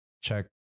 check